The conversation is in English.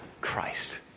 Christ